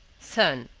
son,